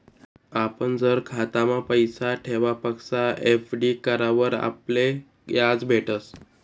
आपण जर खातामा पैसा ठेवापक्सा एफ.डी करावर आपले याज भेटस